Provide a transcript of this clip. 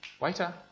waiter